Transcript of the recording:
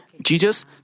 Jesus